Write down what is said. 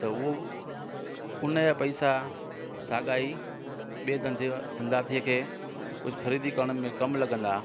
त उहो उनजा पैसा सागा ई ॿिए धंधे धंधारतीअ खे कुझु ख़रीदी करण में कमु लॻंदा